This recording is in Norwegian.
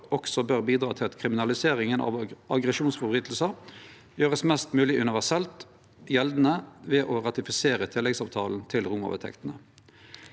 også bør bidra til at kriminaliseringa av aggresjonsbrotsverk vert gjord mest mogleg universelt gjeldande ved å ratifisere tilleggsavtalen til Roma-vedtektene.